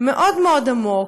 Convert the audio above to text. מאוד מאוד עמוק,